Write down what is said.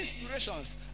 inspirations